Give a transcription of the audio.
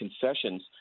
concessions